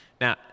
Now